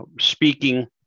speaking